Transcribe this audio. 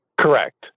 Correct